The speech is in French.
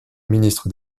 ministre